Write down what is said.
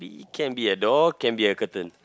it can be door can be a curtain